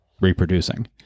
reproducing